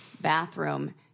bathroom